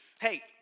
Hey